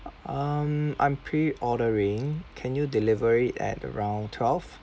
um I'm pre-ordering can you deliver it at around twelve